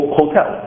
hotel